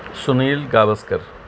Sunil Gavaskar